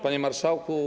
Panie Marszałku!